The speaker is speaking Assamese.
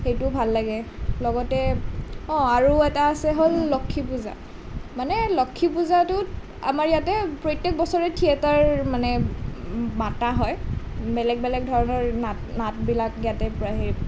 সেইটো ভাল লাগে লগতে অঁ আৰু এটা আছে হ'ল লক্ষী পূজা মানে লক্ষী পূজাটোত আমাৰ ইয়াতে প্ৰত্যেক বছৰে থিয়েটাৰ মানে মাতা হয় বেলেগ বেলেগ ধৰণৰ নাট নাটবিলাক ইয়াতে সেই